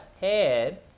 head